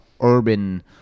urban